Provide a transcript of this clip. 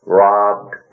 robbed